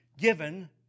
given